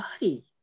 body